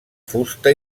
fusta